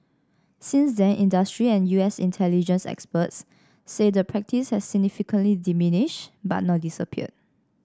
since then industry and U S intelligence experts say the practice has significantly diminished but not disappeared